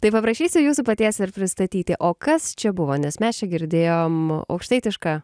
tai paprašysiu jūsų paties ir pristatyti o kas čia buvo nes mes čia girdėjom aukštaitišką